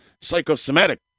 Psychosomatic